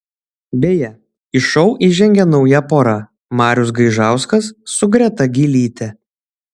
beje į šou įžengė nauja pora marius gaižauskas su greta gylyte